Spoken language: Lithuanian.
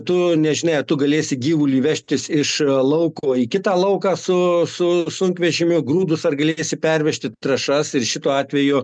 tu nežinai ar tu galėsi gyvulį vežtis iš lauko į kitą lauką su su sunkvežimio grūdus ar galėsi pervežti trąšas ir šituo atveju